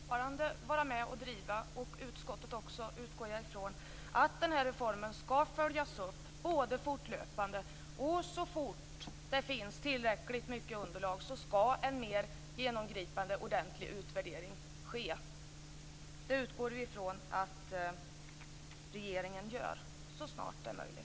Fru talman! Jag kommer fortfarande att vara med och driva på - och jag utgår från att utskottet också gör det - så att den här reformen fortlöpande följs upp. Och så fort det finns tillräckligt med underlag skall en mer genomgripande ordentlig utvärdering ske. Vi utgår från att regeringen gör det så snart det är möjligt.